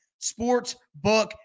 sportsbook